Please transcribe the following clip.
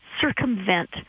circumvent